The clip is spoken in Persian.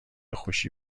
خوشی